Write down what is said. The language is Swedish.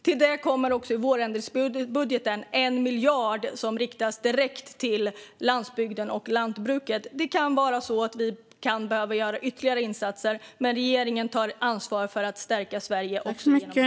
Till detta kommer vårändringsbudgeten, 1 miljard, som riktas direkt till landsbygden och lantbruket. Det kan vara så att vi behöver göra ytterligare insatser, men regeringen tar ansvar för att stärka Sverige också igenom denna kris.